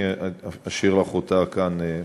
אני אשאיר לך אותה כאן כשאסיים.